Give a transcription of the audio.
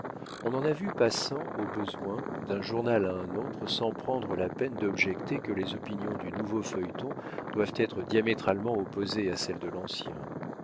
on en a vu passant au besoin d'un journal à un autre sans prendre la peine d'objecter que les opinions du nouveau feuilleton doivent être diamétralement opposées à celles de l'ancien